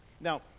Now